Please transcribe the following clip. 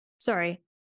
Sorry